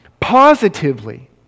positively